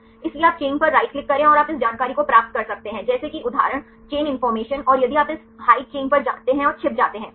इसलिए आप चेन पर राइट क्लिक करें और आप इस जानकारी को प्राप्त कर सकते हैं जैसे कि उदाहरण चेन इंफॉर्मेशन और यदि आप इस हाइड चेन पर जाते हैं और छिप जाते हैं सही